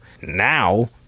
Now